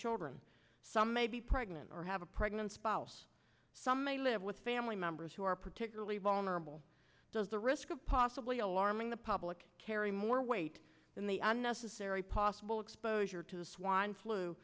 children some may be pregnant or have a pregnant spouse some may live with family members who are particularly vulnerable does the risk of possibly alarming the public carry more weight than the unnecessary possible exposure to the swine flu